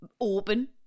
open